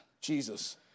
Jesus